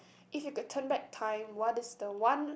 if you got turn back time what is the one